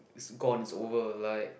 is gone is over like